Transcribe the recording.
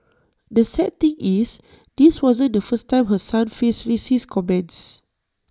the sad thing is this wasn't the first time her son faced racist comments